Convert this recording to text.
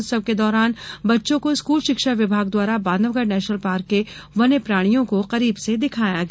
उत्सव के दौरान बच्चों को स्कल शिक्षा विभाग द्वारा बांधवगढ़ नेशनल पार्क के वन्यप्राणियों को करीब से दिखाया गया